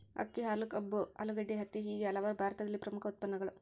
ಅಕ್ಕಿ, ಹಾಲು, ಕಬ್ಬು, ಆಲೂಗಡ್ಡೆ, ಹತ್ತಿ ಹೇಗೆ ಹಲವಾರು ಭಾರತದಲ್ಲಿ ಪ್ರಮುಖ ಉತ್ಪನ್ನಗಳು